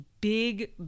big